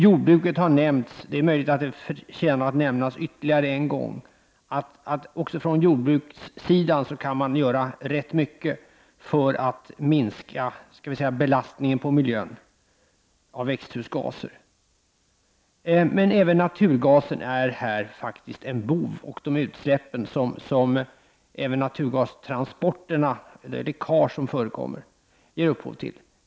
Jordbruket har också nämnts, och det är möjligt att det förtjänar att nämnas ytterligare en gång att man också på jordbrukssidan kan göra rätt mycket för att minska belastningen på miljön av växthusgaser. Även naturgasen är en bov, liksom det läckage som naturgastransporterna ger upphov till.